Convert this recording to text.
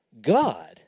God